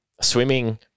swimming